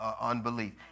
unbelief